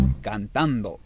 Cantando